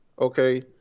Okay